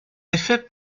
effet